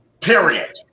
Period